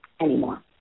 anymore